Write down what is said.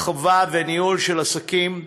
בהרחבה ובניהול של עסקים.